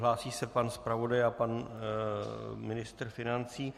Hlásí se pan zpravodaj a pan ministr financí.